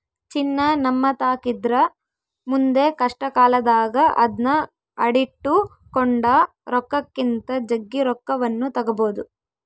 ಚಿನ್ನ ನಮ್ಮತಾಕಿದ್ರ ಮುಂದೆ ಕಷ್ಟಕಾಲದಾಗ ಅದ್ನ ಅಡಿಟ್ಟು ಕೊಂಡ ರೊಕ್ಕಕ್ಕಿಂತ ಜಗ್ಗಿ ರೊಕ್ಕವನ್ನು ತಗಬೊದು